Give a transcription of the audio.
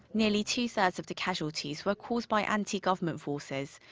nearly two-thirds of the casualties were caused by anti-government forces,